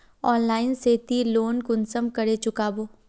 Online से ती loan कुंसम करे चुकाबो?